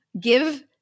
give